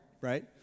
right